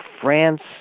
France